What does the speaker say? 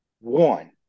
One